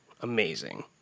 amazing